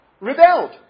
rebelled